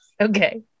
Okay